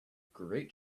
great